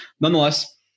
nonetheless